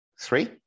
Three